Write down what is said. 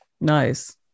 Nice